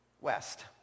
west